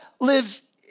lives